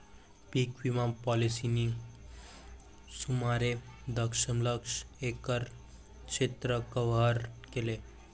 पीक विमा पॉलिसींनी सुमारे दशलक्ष एकर क्षेत्र कव्हर केले